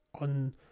on